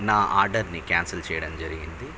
నా ఆర్డర్ని క్యాన్సిల్ చేయడం జరిగింది